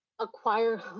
acquire